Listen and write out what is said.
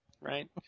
right